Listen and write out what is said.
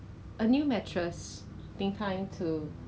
ah 在 Watsons 还是 Guardian 忘记掉 liao